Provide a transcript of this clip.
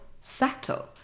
settle